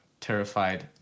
terrified